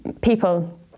people